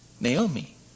Naomi